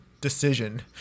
decision